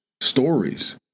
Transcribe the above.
stories